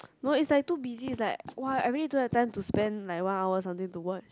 no it's like too busy it's like !wah! I really don't have time to spend like one hour something to watch